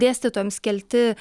dėstytojams kelti